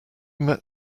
met